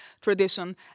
tradition